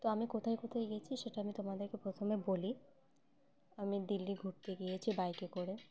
তো আমি কোথায় কোথায় গিয়েছি সেটা আমি তোমাদেরকে প্রথমে বলি আমি দিল্লি ঘুরতে গিয়েছি বাইকে করে